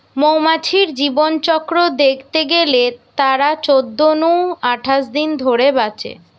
মৌমাছির জীবনচক্র দ্যাখতে গেলে তারা চোদ্দ নু আঠাশ দিন ধরে বাঁচে